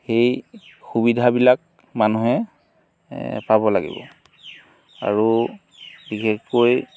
সেই সুবিধাবিলাক মানুহে পাব লাগিব আৰু বিশেষকৈ